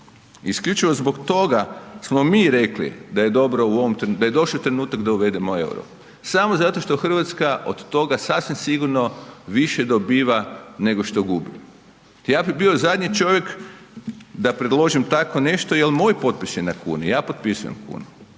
isključivo zbog toga smo mi rekli da je došao trenutak da uvedemo euro samo zato što Hrvatska od toga sasvim sigurno više dobiva nego što gubi. Ja bi bio zadnji čovjek da predložim tako nešto jer moj potpis je na kuni, ja potpisujem kunu.